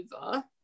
over